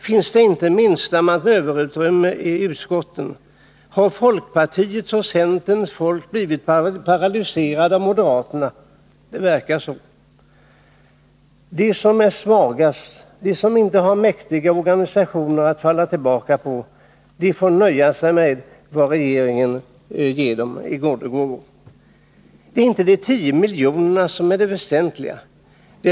Finns det inte det minsta manöverutrymme i utskotten? Har folkpartiets och centerns folk blivit helt paralyserade av moderaterna? Ja, det verkar så. De som är svagast, de som inte har mäktiga organisationer att falla tillbaka på, de får nöja sig med vad regeringen ger dem i nådegåvor. Det är inte de 10 miljonerna som är det väsentligaste.